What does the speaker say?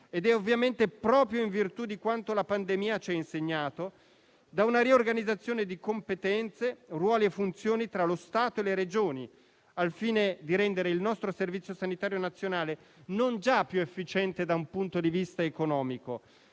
e, ovviamente, proprio in virtù di quanto la pandemia ci ha insegnato, da una riorganizzazione di competenze, ruoli e funzioni tra lo Stato e le Regioni; e ciò al fine di rendere il nostro Servizio sanitario nazionale non già più efficiente da un punto di vista economico,